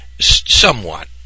somewhat